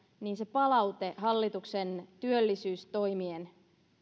palaute hallituksen työllisyystoimien